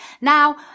now